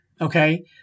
okay